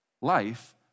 life